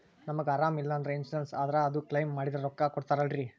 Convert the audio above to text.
ನಮಗ ಅರಾಮ ಇಲ್ಲಂದ್ರ ಇನ್ಸೂರೆನ್ಸ್ ಇದ್ರ ಅದು ಕ್ಲೈಮ ಮಾಡಿದ್ರ ರೊಕ್ಕ ಕೊಡ್ತಾರಲ್ರಿ?